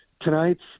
tonight's